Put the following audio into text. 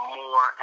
more